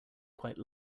quite